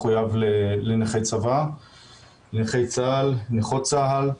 מחויב לנכי צה"ל ולנכות צה"ל,